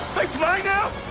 fly now?